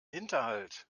hinterhalt